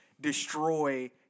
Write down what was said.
destroy